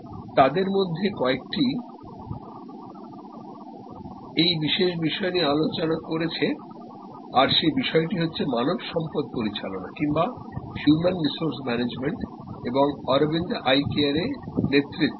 তাদের মধ্যে কয়েকটি এই বিশেষ বিষয় নিয়ে আলোচনা করেছে আর সেই বিষয়টি হচ্ছে মানব সম্পদ পরিচালনা কিংবা হিউম্যান রিসোর্স ম্যানেজমেন্ট এবং অরবিন্দ Eye Care এ নেতৃত্ব